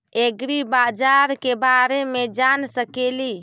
ऐग्रिबाजार के बारे मे जान सकेली?